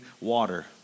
water